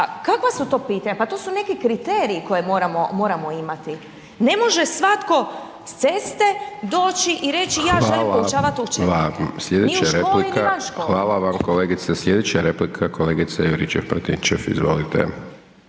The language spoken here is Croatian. Pa kakva su to pitanja? Pa to su neki kriteriji koje moramo imati. Ne može svatko s ceste doći i reći ja želim poučavati učenike ni u školi ni van škole. **Hajdaš Dončić, Siniša (SDP)** Hvala vam. Sljedeća replika kolegica Juričev-Martinčev. Izvolite.